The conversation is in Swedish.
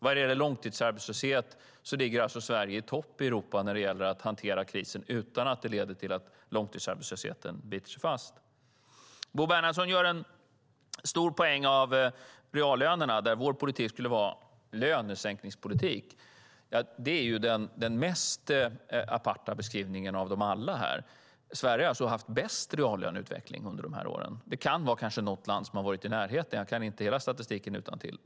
Vad gäller långtidsarbetslöshet ligger Sverige i topp i Europa i fråga om att hantera krisen utan att det leder till att långtidsarbetslösheten biter sig fast. Bo Bernhardsson gör en stor poäng av reallönerna, där vår politik skulle vara lönesänkningspolitik. Det är den mest aparta beskrivningen av dem alla här. Sverige har ju haft bäst reallöneutveckling under de här åren. Något annat land kanske har varit i närheten - jag kan inte hela statistiken utantill.